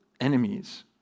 enemies